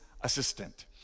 assistant